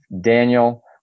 Daniel